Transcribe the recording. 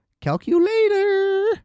Calculator